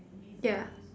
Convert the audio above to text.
ya